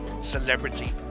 celebrity